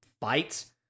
fights